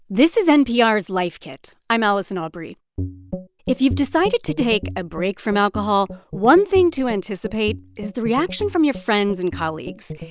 this is npr's life kit. i'm allison aubrey if you've decided to take a break from alcohol, one thing to anticipate is the reaction from your friends and colleagues.